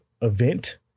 event